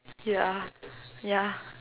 ya ya